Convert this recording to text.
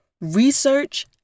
research